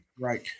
Right